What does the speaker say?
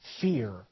fear